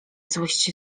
złość